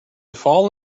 fall